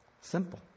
Simple